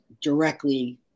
directly